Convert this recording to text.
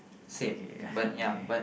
okay